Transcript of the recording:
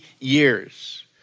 years